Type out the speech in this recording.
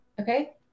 Okay